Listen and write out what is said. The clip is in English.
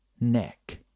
neck